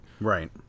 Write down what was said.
Right